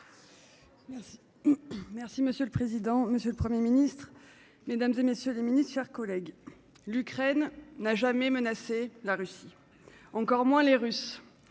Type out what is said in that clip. Territoires. Monsieur le président, monsieur le Premier ministre, madame la ministre, messieurs les ministres, mes chers collègues, l'Ukraine n'a jamais menacé la Russie, encore moins les Russes.